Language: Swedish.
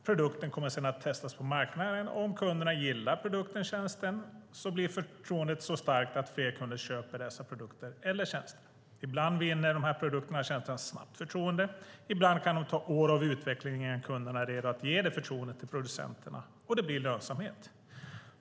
Produkten kommer sedan att testas på marknaden, och om kunderna gillar produkten eller tjänsten blir förtroendet så starkt att fler kunder köper dessa produkter eller tjänster. Ibland vinner produkterna eller tjänsterna snabbt förtroende. Ibland kan det ta år av utveckling innan kunderna är redo att ge det förtroendet till producenterna och det blir lönsamhet.